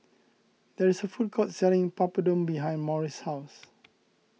there is a food court selling Papadum behind Morris' house